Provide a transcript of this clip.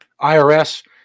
IRS